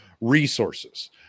resources